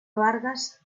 vargas